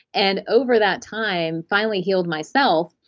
and over that time finally healed myself,